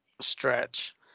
stretch